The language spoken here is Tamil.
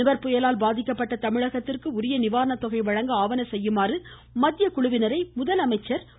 நிவர் புயலால் பாதிக்கப்பட்ட தமிழகத்திற்கு உரிய நிவாரண தொகை வழங்க ஆவன செய்யுமாறு மத்திய குழுவினரை முதலமைச்சர் திரு